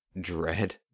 dread